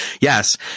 yes